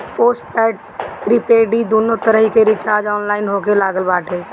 postpaid prepaid इ दूनो तरही के रिचार्ज ऑनलाइन होखे लागल बाटे